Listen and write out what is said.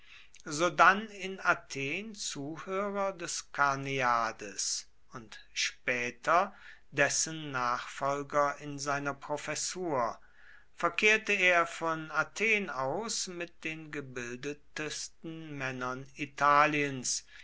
sodann in athen zuhörer des karneades und später dessen nachfolger in seiner professur verkehrte er von athen aus mit den gebildetsten männern italiens